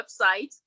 website